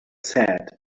said